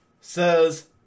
says